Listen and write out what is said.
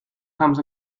comes